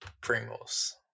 Pringles